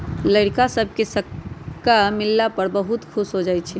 लइरका सभके सिक्का मिलला पर बहुते खुश हो जाइ छइ